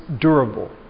durable